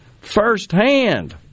firsthand